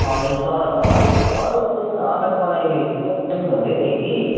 हजुर सर अलिक अलिक दिन अगाडि मलाई थ्रोट पेन हुँदैथ्यो कि